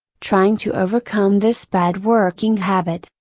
trying to overcome this bad working habit,